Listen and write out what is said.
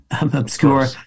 obscure